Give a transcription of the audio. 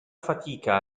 fatica